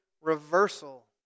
reversal